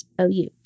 OU